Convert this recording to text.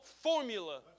formula